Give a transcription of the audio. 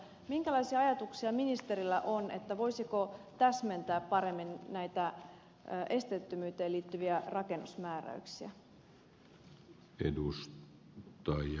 minkälaisia ajatuksia ministerillä on voisiko täsmentää paremmin näitä esteettömyyteen liittyviä rakennusmääräyksiä